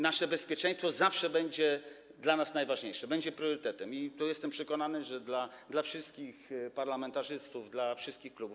Nasze bezpieczeństwo zawsze będzie dla nas najważniejsze, będzie priorytetem, jestem przekonany, że dla wszystkich parlamentarzystów, dla wszystkich klubów.